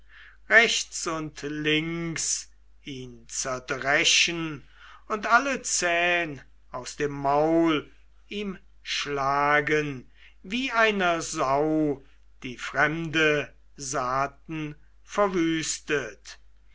rechts und links ihn zerdreschen und alle zähn aus dem maul ihm schlagen wie einer sau die fremde saaten verwüstet